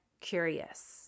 curious